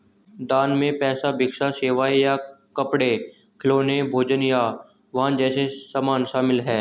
दान में पैसा भिक्षा सेवाएं या कपड़े खिलौने भोजन या वाहन जैसे सामान शामिल हैं